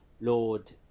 Lord